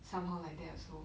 somehow like that also